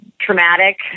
traumatic